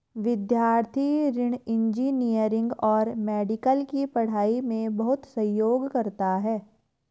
विद्यार्थी ऋण इंजीनियरिंग और मेडिकल की पढ़ाई में बहुत सहयोग करता है